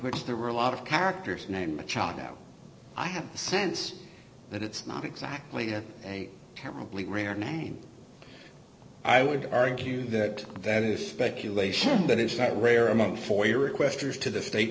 which there were a lot of characters named machado i have a sense that it's not exactly a terribly rare name i would argue that that is speculation but it's not rare among for your requesters to the state